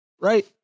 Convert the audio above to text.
right